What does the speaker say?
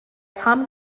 tom